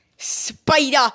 Spider